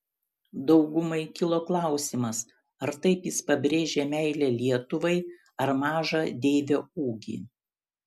daugumai kilo klausimas ar taip jis pabrėžė meilę lietuvai ar mažą deivio ūgį